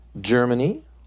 Germany